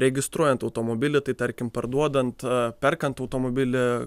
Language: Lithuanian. registruojant automobilį tai tarkim parduodant perkant automobilį